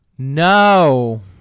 no